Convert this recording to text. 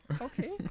okay